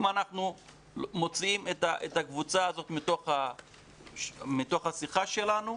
אם אנחנו מוציאים את הקבוצה הזאת מתוך השיחה שלנו,